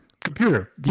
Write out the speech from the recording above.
computer